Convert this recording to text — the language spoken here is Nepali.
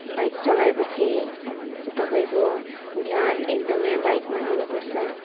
बाइक चलाएपछि तपाईँको ध्यान एकदमै बाइकमै हुनुपर्छ